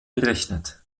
gerechnet